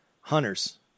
Hunters